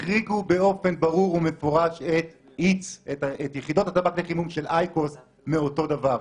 החריגו באופן ברור ומפורש את יחידות הטבק לחימום של אייקוס מאותו דבר.